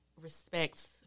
respects